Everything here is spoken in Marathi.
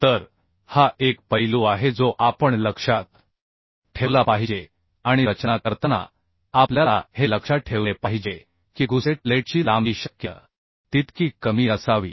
तर हा एक पैलू आहे जो आपण लक्षात ठेवला पाहिजे आणि रचना करताना आपल्याला हे लक्षात ठेवले पाहिजे की गुसेट प्लेटची लांबी शक्य तितकी कमी असावी